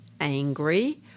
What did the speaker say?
angry